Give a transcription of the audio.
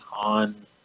on